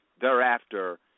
thereafter